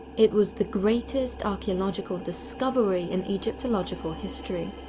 it was the greatest archaeological discovery in egyptological history.